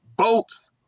votes